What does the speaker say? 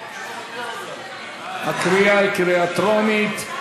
הקריאה היא קריאה טרומית.